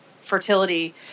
fertility